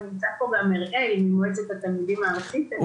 אבל נמצא פה גם אראל ממועצת התלמידים הארצית.